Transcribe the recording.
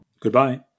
Goodbye